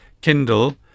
Kindle